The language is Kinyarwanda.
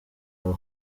your